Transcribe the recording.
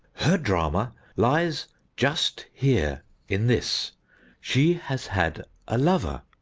her drama lies just here in this she has had a lover,